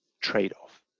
trade-off